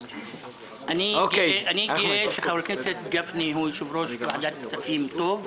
שאני גאה שחבר הכנסת גפני הוא יושב ראש ועדת כספים טוב,